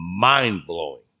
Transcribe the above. mind-blowing